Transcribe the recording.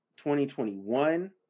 2021